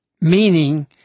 meaning